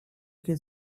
get